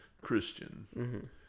Christian